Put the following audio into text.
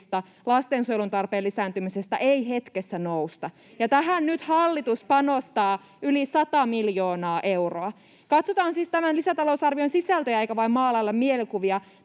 lastensuojelun tarpeen lisääntymisestä ei hetkessä nousta, [Ben Zyskowiczin välihuuto] ja tähän nyt hallitus panostaa yli 100 miljoonaa euroa. Katsotaan siis tämän lisätalousarvion sisältöjä eikä vain maalailla mielikuvia.